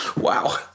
Wow